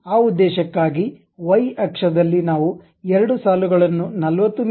ಆ ಉದ್ದೇಶಕ್ಕಾಗಿ ವೈ ಅಕ್ಷದಲ್ಲಿ ನಾವು ಎರಡು ಸಾಲುಗಳನ್ನು 40 ಮಿ